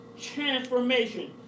transformation